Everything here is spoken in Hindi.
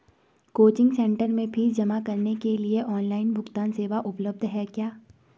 कोचिंग सेंटर में फीस जमा करने के लिए ऑनलाइन भुगतान सेवा उपलब्ध है क्या?